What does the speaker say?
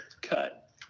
cut